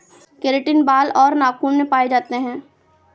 keratin बाल और नाखून में पाए जाते हैं